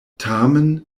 tamen